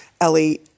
Ellie